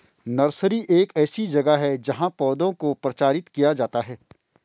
nursery एक ऐसी जगह है जहां पौधों को प्रचारित किया जाता है